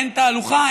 אין תהלוכה,